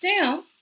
down